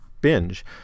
binge